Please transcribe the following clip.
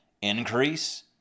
increase